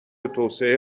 توسعه